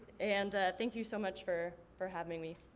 and thank you so much for for having me.